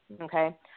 okay